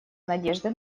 надежды